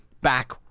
back